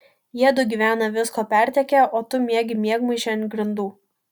jiedu gyvena visko pertekę o tu miegi miegmaišy ant grindų